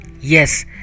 Yes